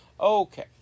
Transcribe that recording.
Okay